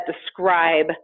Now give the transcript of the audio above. describe